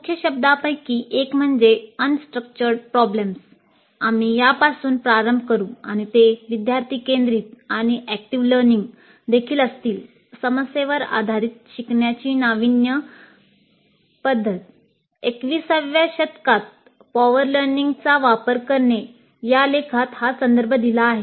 मुख्यशब्दांपैकी एक म्हणजे unstructured problems वापर करणे" या लेखात हाच संदर्भ दिला आहे